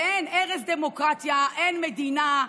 ואין, הרס דמוקרטיה, אין מדינה.